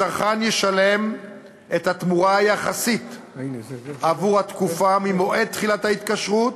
הצרכן ישלם את התמורה היחסית עבור התקופה ממועד תחילת ההתקשרות